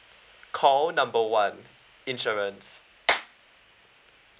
call number one insurance